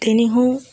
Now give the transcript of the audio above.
તેની હું